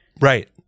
right